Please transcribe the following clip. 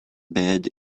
bed